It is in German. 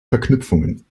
verknüpfungen